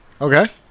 Okay